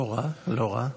לא רע, לא רע.